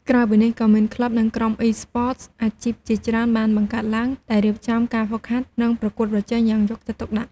ក្រៅពីនេះ ក៏មានក្លឹប និងក្រុម Esports អាជីពជាច្រើនបានបង្កើតឡើង ដែលរៀបចំការហ្វឹកហាត់ និងប្រកួតប្រជែងយ៉ាងយកចិត្តទុកដាក់។